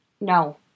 No